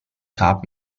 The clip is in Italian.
cup